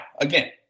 again